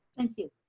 thank you.